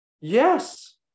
Yes